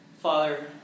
Father